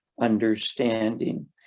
understanding